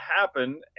happen